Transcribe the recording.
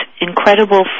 incredible